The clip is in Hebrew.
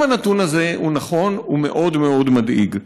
אם הנתון הזה נכון, הוא מאוד מאוד מדאיג.